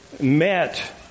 met